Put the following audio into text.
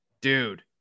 dude